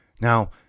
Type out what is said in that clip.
Now